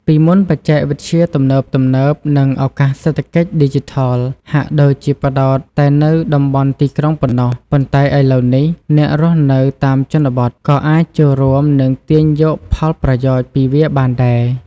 ពីមុនបច្ចេកវិទ្យាទំនើបៗ និងឱកាសសេដ្ឋកិច្ចឌីជីថលហាក់ដូចជាផ្តោតតែនៅតំបន់ទីក្រុងប៉ុណ្ណោះ ប៉ុន្តែឥឡូវនេះ អ្នករស់នៅតាមជនបទក៏អាចចូលរួម និងទាញយកផលប្រយោជន៍ពីវាបានដែរ។។